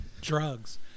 drugs